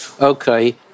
Okay